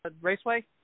Raceway